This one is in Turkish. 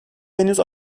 henüz